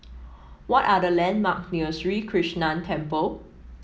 what are the landmark near Sri Krishnan Temple